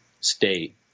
state